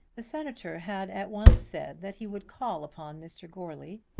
the senator had at once said that he would call upon mr. goarly,